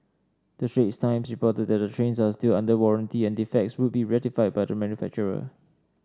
the Straits Times reported that the trains are still under warranty and defects would be rectified by the manufacturer